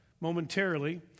momentarily